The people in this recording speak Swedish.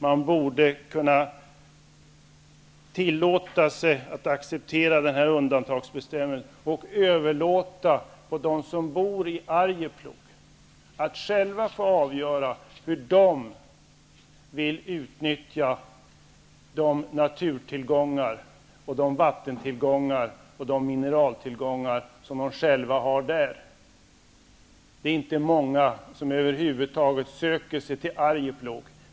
Man borde kunna tillåta sig att acceptera denna undantagsbestämmelse och överlåta åt dem som bor i Arjeplog att själva få avgöra hur de vill utnyttja de natur-, vatten och mineraltillgångar som finns där. Det är inte många som över huvud taget söker sig till Arjeplog.